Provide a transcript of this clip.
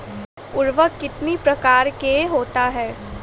उर्वरक कितनी प्रकार के होता हैं?